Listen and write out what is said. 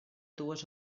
dues